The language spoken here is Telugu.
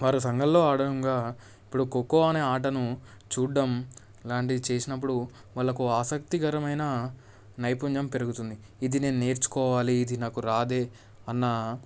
వారు సంఘాల్లో ఆడడంగా ఇప్పుడు ఖోఖో అనే ఆటను చూడ్డం లాంటివి చేసినప్పుడు వాళ్ళకు ఆసక్తికరమైన నైపుణ్యం పెరుగుతుంది ఇది నేను నేర్చుకోవాలి ఇది నాకు రాదే అన్న